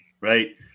right